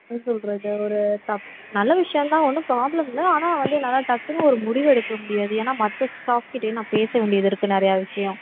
என்ன சொல்லுறது ஒரு தப் நல்ல விஷயந்தான் ஒன்றும் ப்ராப்ளம் இல்லை ஆனால் வந்து என்னால் டக்குன்னு ஒரு முடிவு எடுக்க முடியாது ஏன்னா மற்ற ஸ்டாஃப்கிட்டையும் நான் பேச வேண்டியது இருக்கு நிறையா விஷயோம்